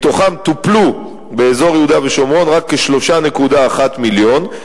מתוכם טופלו באזור יהודה ושומרון רק כ-3.1 מיליון,